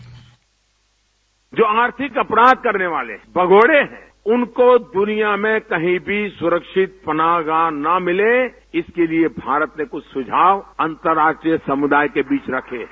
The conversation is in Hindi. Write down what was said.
बाइट जो आर्थिक अपराध करने वाले हैं भगौड़े हैं उनको दुनिया में कहीं भी सुरक्षित पनाहगाह न मिले इसके लिए भारत ने कुछ सुझाव अंतर्राष्ट्रीय समुदाय के बीच रखे हैं